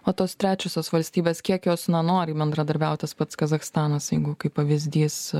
o tos trečiosios valstybės kiek jos na noriai bendradarbiauja tas pats kazachstanas jeigu kaip pavyzdys